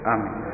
Amen